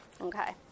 Okay